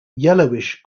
yellowish